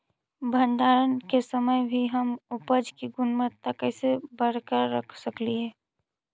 भंडारण के समय भी हम उपज की गुणवत्ता कैसे बरकरार रख सकली हे?